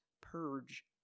purge